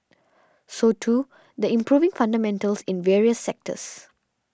so too the improving fundamentals in various sectors